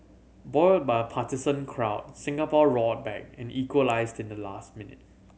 buoyed by a partisan crowd Singapore roared back and equalised in the last minute